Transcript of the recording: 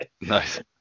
Nice